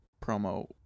promo